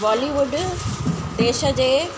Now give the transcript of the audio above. बॉलीवुड देश जे